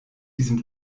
diesem